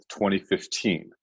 2015